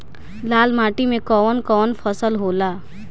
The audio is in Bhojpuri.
लाल माटी मे कवन कवन फसल होला?